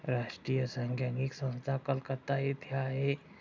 राष्ट्रीय सांख्यिकी संस्था कलकत्ता येथे आहे